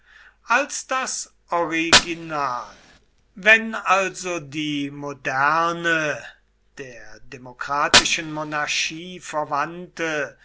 als das original wenn also die moderne der demokratischen monarchie verwandte